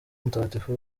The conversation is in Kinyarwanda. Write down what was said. mutagatifu